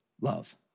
Love